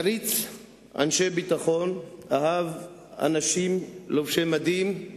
הוא העריץ אנשי ביטחון, ואהב אנשים לובשי מדים,